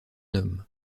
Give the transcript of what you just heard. homme